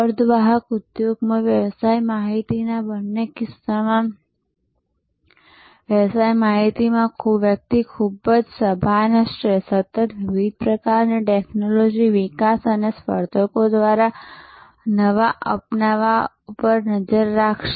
અર્ધવાહક ઉદ્યોગમાં વ્યવસાય માહિતીનાં બંને કિસ્સામાં વ્યવસાય માહિતીમાં વ્યક્તિ ખૂબ જ સભાન હશે સતત વિવિધ પ્રકારની ટેક્નોલોજી વિકાસ અને સ્પર્ધકો દ્વારા નવા અપનાવવા પર નજર રાખશે